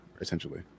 essentially